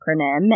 acronym